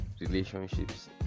relationships